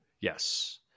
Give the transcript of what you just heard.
Yes